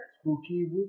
Spooky